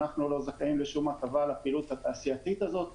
אנחנו לא זכאים לשום הטבה על הפעילות התעשייתית הזאת,